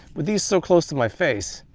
with these so close to my face,